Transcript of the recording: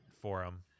forum